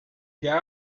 guy